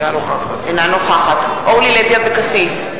אינה נוכחת אורלי לוי אבקסיס,